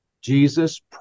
Jesus